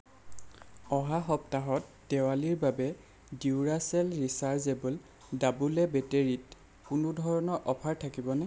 অহা সপ্তাহত দেৱালীৰ বাবে ডিউৰাচেল ৰিচাৰ্জেবল ডাবোল এ বেটাৰীত কোনো ধৰণৰ অফাৰ থাকিব নে